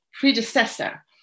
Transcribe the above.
predecessor